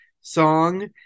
song